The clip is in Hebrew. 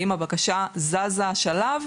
האם הבקשה זזה שלב?